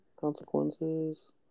consequences